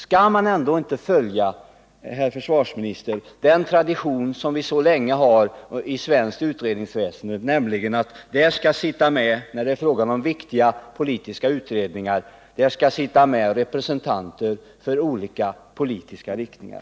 Skall man ändå inte följa, herr försvarsminister, den tradition som vi så länge har haft i svenskt utredningsväsende, nämligen att när det är fråga om viktiga politiska utredningar skall det också sitta med representanter för olika politiska riktningar?